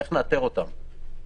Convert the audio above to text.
איך נאתר אותם?